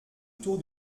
tour